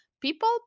people